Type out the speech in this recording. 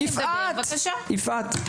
בבקשה, בבקשה.